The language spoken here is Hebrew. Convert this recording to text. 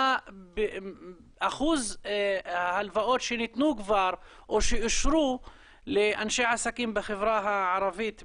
מה אחוז ההלוואות שניתנו כבר או שאושרו לאנשי עסקים בחברה הערבית בכלל?